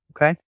Okay